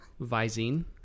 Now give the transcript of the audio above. Visine